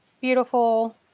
beautiful